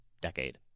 decade